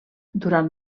durant